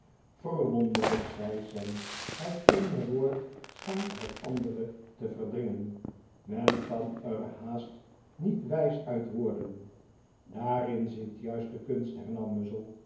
verwonderlijk zei sam het eene woord schijnt het andere te verdringen men kan er haast niet wijs uit worden daarin zit juist de kunst hernam muzzle